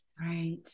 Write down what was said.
Right